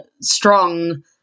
strong